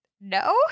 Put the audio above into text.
no